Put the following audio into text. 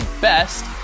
best